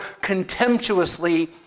contemptuously